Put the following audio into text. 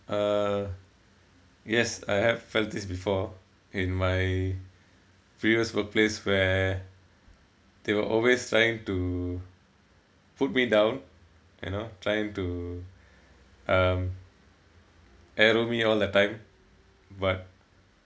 uh yes I have felt this before in my previous workplace where they were always trying to put me down you know uh trying to um arrow me all the time but